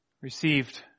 received